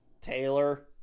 Taylor